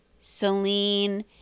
Celine